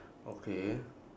okay